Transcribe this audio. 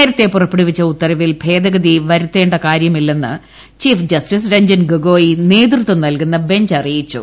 നേരത്തെ പുറപ്പെടുവിച്ച ഉത്തരവിൽ ഭേദഗതി വരുത്താൻ തയ്യാറല്ലെന്ന് ചീഫ് ജസ്റ്റിസ് രഞ്ജൻ ഗൊഗോയ് നേതൃത്വം നല്കുന്ന ബഞ്ച് അറിയിച്ചു